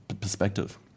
perspective